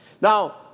Now